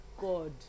God